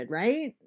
right